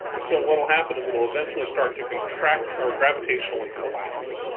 and so what'll happen is it'll eventually start to contract, or gravitationally collapse,